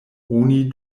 oni